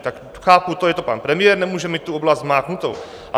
Tak chápu to, je to pan premiér, nemůže mít tu oblast zmáknutou.